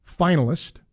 finalist